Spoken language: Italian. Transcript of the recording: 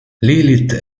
lilith